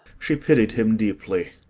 she pitied him deeply.